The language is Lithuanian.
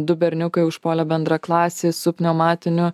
du berniukai užpuolė bendraklasį su pneumatiniu